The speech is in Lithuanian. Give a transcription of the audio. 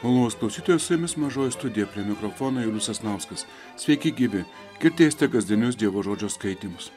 malonūs klausytojai su jumis mažoji studija prie mikrofono julius sasnauskas sveiki gyvi girdėsite kasdienius dievo žodžio skaitymus